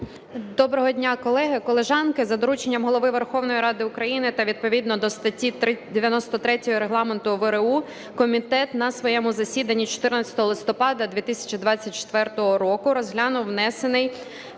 Доброго дня, колеги, колежанки! За дорученням Голови Верховної Ради України та відповідно до статті 93 Регламенту Верховної Ради України комітет на своєму засіданні 14 листопада 2024 року розглянув внесений